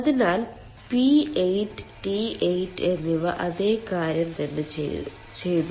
അതിനാൽ P8 T8 എന്നിവ അതേ കാര്യം തന്നെ ചെയ്തു